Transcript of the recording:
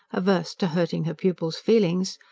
averse to hurting her pupil's feelings.